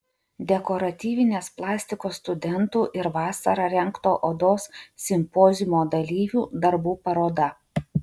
dekoratyvinės plastikos studentų ir vasarą rengto odos simpoziumo dalyvių darbų paroda